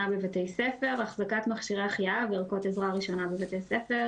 בבתי ספר (החזקת מכשירי החייאה וערכות עזרה ראשונה בבתי ספר),